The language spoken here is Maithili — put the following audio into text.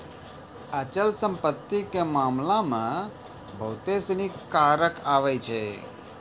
अचल संपत्ति के मामला मे बहुते सिनी कारक आबै छै